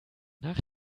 nach